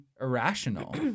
irrational